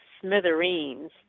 smithereens